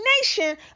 nation